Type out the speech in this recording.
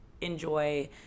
enjoy